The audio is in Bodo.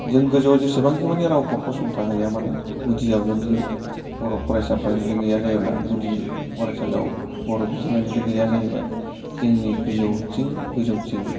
जों गोजौआव जेसेबांखि माने रावखौ फसंथाहैया मानो गुदियाव जुदि बर' फरायसाफोरा जुदि गैया जायोब्ला गुदि फरायसालियाव बर' बिजोङा जुदि गैया जायोबा जोंनि बिजौथिं गोजौथिं